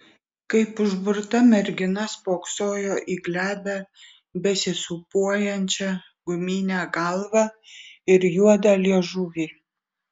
kaip užburta mergina spoksojo į glebią besisūpuojančią guminę galvą ir juodą liežuvį